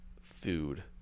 food